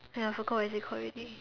ya I forgot what is it called already